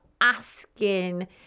asking